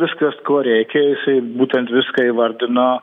viskas ko reikia jisai būtent viską įvardino